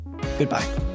Goodbye